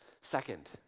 Second